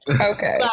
okay